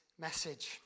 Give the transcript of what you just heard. message